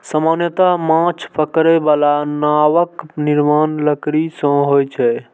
सामान्यतः माछ पकड़ै बला नावक निर्माण लकड़ी सं होइ छै